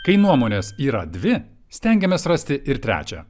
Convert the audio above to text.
kai nuomonės yra dvi stengiamės rasti ir trečią